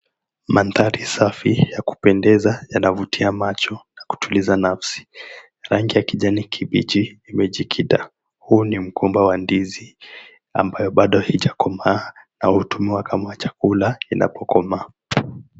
Mandhari safi ya kupendeza yanavutia macho na kutuliza nafsi. Rangi ya kijani kibichi imejikita. Huu ni mgomba wa ndizi ambayo bado haijakomaa na hutumiwa kama chakula inapokomaa.